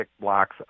blocks